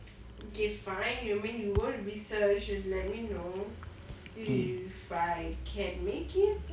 mm